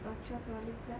or twelve dollar plus